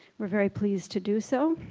we're very pleased to do so.